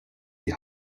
die